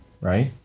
right